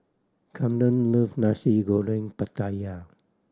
Camron love Nasi Goreng Pattaya